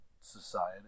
society